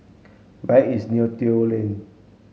where is Neo Tiew Lane